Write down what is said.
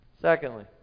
Secondly